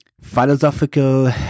philosophical